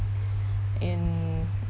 in